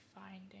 finding